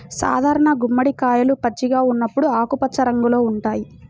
సాధారణ గుమ్మడికాయలు పచ్చిగా ఉన్నప్పుడు ఆకుపచ్చ రంగులో ఉంటాయి